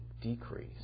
decrease